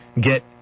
get